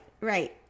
Right